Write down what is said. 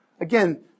Again